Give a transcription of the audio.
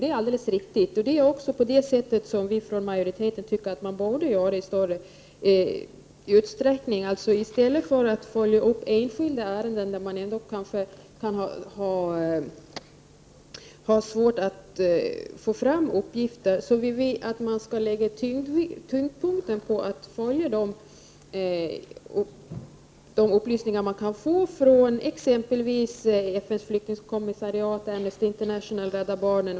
Det är alldeles riktigt. Det är också så som vi från majoriteten tycker att man borde göra i större utsträckning i stället för att följa upp enskilda ärenden där man ändå kan ha svårt att få fram uppgifter. Vi vill att man skall lägga tyngdpunkten på att följa de upplysningar man kan få från exempelvis FN:s flyktingkommissariat, Amnesty International, Rädda barnen.